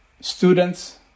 students